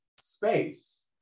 space